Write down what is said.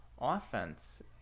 offense